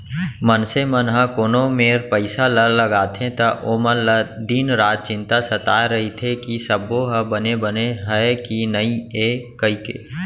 मनसे मन ह कोनो मेर पइसा ल लगाथे त ओमन ल दिन रात चिंता सताय रइथे कि सबो ह बने बने हय कि नइए कइके